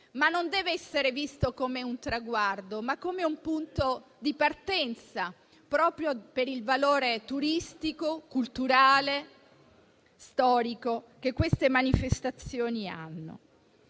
e che deve essere visto non come un traguardo, ma come un punto di partenza proprio per il valore turistico, culturale e storico che tali manifestazioni hanno.